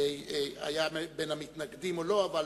היה בין המתנגדים או לא, אבל